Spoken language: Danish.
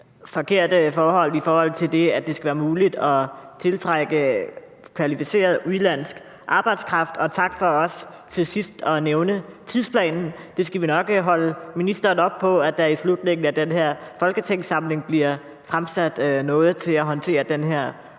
forkerte forhold i forhold til det, at det skal være muligt at tiltrække kvalificeret udenlandsk arbejdskraft. Tak for også til sidst at nævne tidsplanen. Det skal vi nok holde ministeren op på, altså at der i slutningen af den her folketingssamling bliver fremsat noget til at håndtere den her